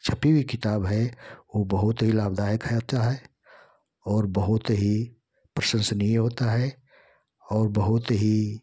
छपी हुई किताब है वो बहोत ही लाभदायक खर्चा है और बहुत ही प्रशंसनीय होता है और बहुत ही